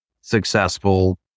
successful